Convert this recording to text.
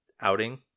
outing